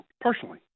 personally